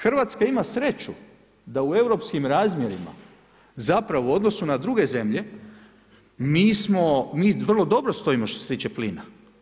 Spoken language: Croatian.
Hrvatska ima sreću da u europskim razmjerima zapravo u odnosu na druge zemlje, mi vrlo dobro stojimo što se tiče plina.